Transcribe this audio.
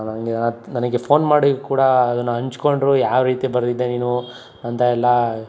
ನನಗೆ ನನಗೆ ಫೋನ್ ಮಾಡಿ ಕೂಡ ಅದನ್ನ ಹಂಚ್ಕೊಂಡ್ರು ಯಾವ ರೀತಿ ಬರೆದಿದ್ದೆ ನೀನು ಅಂತ ಎಲ್ಲ